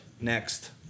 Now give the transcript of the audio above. next